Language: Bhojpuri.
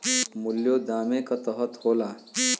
मूल्यों दामे क तरह होला